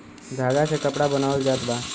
धागा से कपड़ा बनावल जात बा